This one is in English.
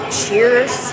cheers